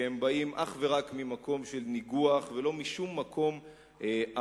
שהם באים אך ורק ממקום של ניגוח ולא משום מקום אמיתי.